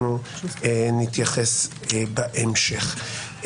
ואנחנו נתייחס בהמשך.